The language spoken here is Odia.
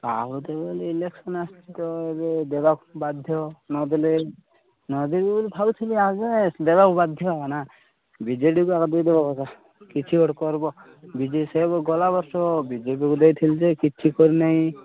ତା ବୋଧେ ବୋଲି ଇଲେକ୍ସନ୍ ଆସୁଛି ତ ଏବେ ଦେବାକୁ ବାଧ୍ୟ ନଦେଲେ ନଦେବି ବୋଲି ଭାବୁଥିଲି ଆଗେ ଦେବାକୁ ବାଧ୍ୟ ନା ବିଜେଡ଼ିକୁ ଆଗ ଦେଇଦେବା କଥା କିଛି ଗୋଟେ କରିବ ବି ଜେ ଡ଼ି ସେ ଗଲା ବର୍ଷ ବିଜେପିକୁ ଦେଇଥିଲି ଯେ କିଛି କରି ନାଇଁ